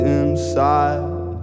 inside